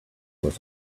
was